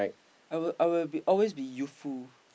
I will I will always be youthful